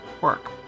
work